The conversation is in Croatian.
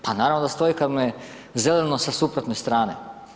Pa naravno da stoji kad mu je zeleno sa suprotne strane.